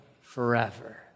forever